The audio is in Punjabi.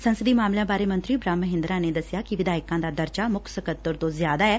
ਸੰਸਦੀ ਮਾਮਲਿਆਂ ਬਾਰੇ ਮੰਤਰੀ ਬ੍ਹਹਮ ਮਹਿੰਦਰਾ ਨੇ ਦਸਿਆ ਕਿ ਵਿਧਾਇਕਾਂ ਦਾ ਦਰਜਾ ਮੁੱਖ ਸਕੱਤਰ ਤੋਂ ਜ਼ਿਆਦਾ ਐ